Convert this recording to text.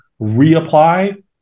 reapply